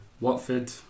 Watford